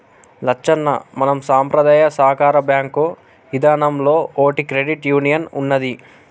లచ్చన్న మన సంపద్రాయ సాకార బాంకు ఇదానంలో ఓటి క్రెడిట్ యూనియన్ ఉన్నదీ